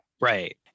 Right